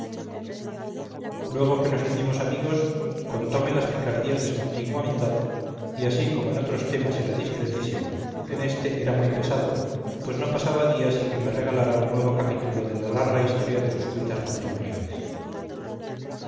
luego que nos hicimos amigos contome las picardías de su antigua mitad y así como en otros temas era discretísimo en este era muy pesado pues no pasaba día sin que me regalara un nuevo capítulo de la larga historia de sus cuitas matrimoniales